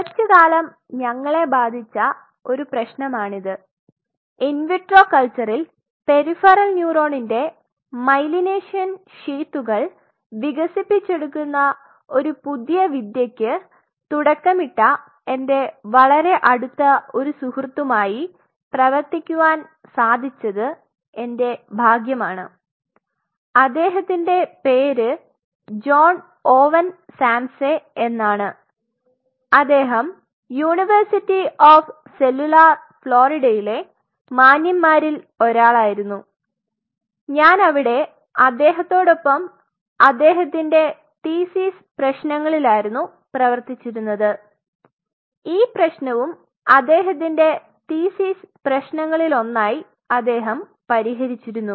കുറച് കാലം ഞങ്ങളെ ബാധിച്ച ഒരു പ്രേശ്നമാണിത് ഇൻ വിട്രോ കൽച്ചറിൽ പെരിഫെറൽ ന്യൂറോണിന്റെ മൈലിനേഷൻ ഷീതുക്കൾ വികസിപ്പിച്ചെടുക്കുന്ന ഒരു പുതിയ വിദ്യക്ക് തുടക്കമിട്ട എന്റെ വളരെ അടുത്ത ഒരു സുഹൃത്തുമായി പ്രെവർത്തിക്കുവാൻ സാധിച്ചത് എന്റെ ഭാഗ്യമാണ് അദ്ദേഹത്തിന്റെ പേര് ജോൺ ഓവൻ സാംസെ എന്നാണ് അദ്ദേഹം യൂണിവേഴ്സിറ്റി ഓഫ് സെല്ലുലാർ ഫ്ലോറിഡയിലെ മാന്യന്മാരിൽ ഒരാളായിരുന്നു ഞാൻ അവിടെ അദ്ദേഹടോടൊപ്പം അദ്ദേഹത്തിന്റെ തീസിസ് പ്രേശ്നങ്ങളിലാരുന്നു പ്രെവർത്തിചിരുന്നത് ഈ പ്രേശ്നവും അദ്ദേഹത്തിന്റെ തീസിസ് പ്രേശ്നങ്ങളിൽ ഒന്നായി അദ്ദേഹം പരിഹരിചിരുന്നു